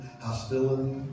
hostility